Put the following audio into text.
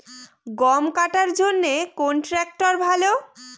গম কাটার জন্যে কোন ট্র্যাক্টর ভালো?